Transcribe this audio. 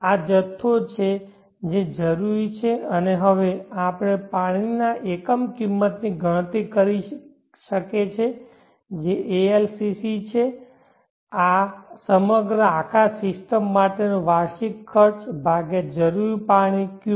આ જથ્થો છે જે જરૂરી છે અને હવે આપણે પાણીની એકમ કિંમતની ગણતરી કરી શકે છે જે ALCC હશે આ સમગ્ર આખા સિસ્ટમ માટેનો વાર્ષિક ખર્ચ ભાગ્યા જરૂરી પાણી Q